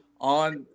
on